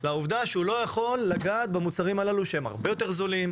והעובדה היא שהוא לא יכול לגעת במוצרים הללו שהם הרבה יותר זולים